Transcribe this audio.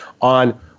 on